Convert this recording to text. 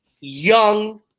young